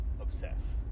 obsess